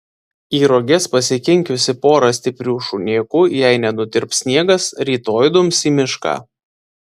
į roges pasikinkiusi porą stiprių šunėkų jei nenutirps sniegas rytoj dums į mišką